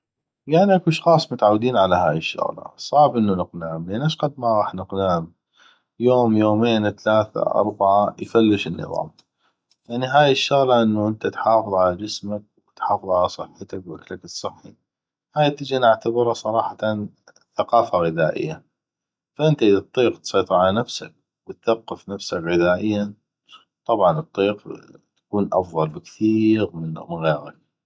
يعني اكو اشخاص متعودين على هاي الشغله صعب انو نقنعم لان اشقد ما غاح نقنعم يوم يومين تلاثة اربعه يفلش النظام يعني هاي الشغله انو انته تحافظ على جسمك وتحافظ على صحتك واكلك الصحي أنا اعتبره صراحه ثقافه غذائية ف انته اذا تطيق تسيطر على نفسك وتثقف نفسك غذائيا طبعا تطيق تكون افضل بكثيغ من غيغك